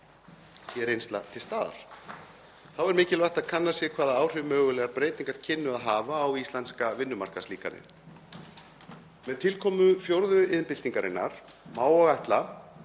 sé reynsla til staðar. Þá er mikilvægt að kannað sé hvaða áhrif mögulegar breytingar kynnu að hafa á íslenska vinnumarkaðslíkanið. Með tilkomu fjórðu iðnbyltingarinnar má og ætla